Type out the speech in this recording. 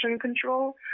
control